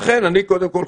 ולכן אני חושב,